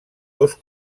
dos